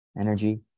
energy